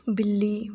ਬਿੱਲੀ